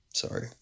Sorry